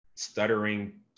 stuttering